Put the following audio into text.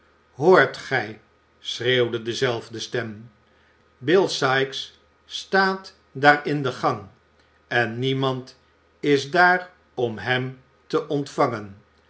hoort gij schreeuwde dezelfde stem bill sikes staat daar in de gang en niemand is daar om hem te ontvangen